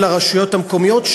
של הרשויות המקומיות,